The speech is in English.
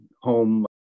home